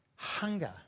Hunger